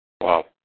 Wow